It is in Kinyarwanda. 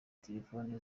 telefone